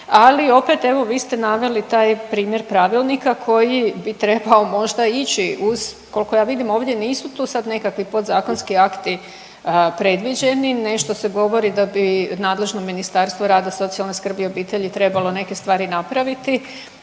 ali opet evo vi ste naveli taj primjer pravilnika koji bi trebao možda ići uz, kolko ja vidim ovdje nisu tu sad nekakvi podzakonski akti predviđeni. Nešto se govorili da bi nadležno Ministarstvo rada, socijalne skrbi i obitelji trebalo neke stvari napraviti,